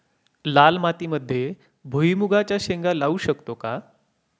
लाल मातीमध्ये भुईमुगाच्या शेंगा लावू शकतो का?